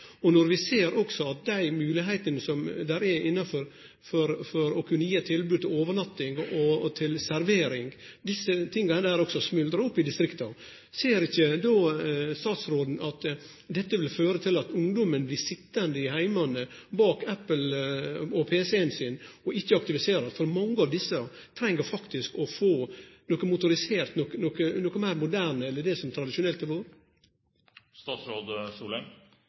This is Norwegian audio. har. Når det gjeld moglegheitene for å kunne gje eit tilbod om overnatting og servering, ser vi at også dei er smuldra opp i distrikta. Ser ikkje då statsråden at dette vil føre til at ungdomen blir sitjande i heimane sine med Apple på PC-en sin og ikkje blir aktiviserte? Mange av desse treng faktisk å få noko motorisert, noko meir moderne enn det som